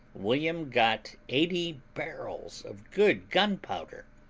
william got eighty barrels of good gunpowder,